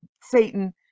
Satan